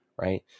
right